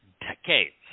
decades